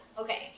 Okay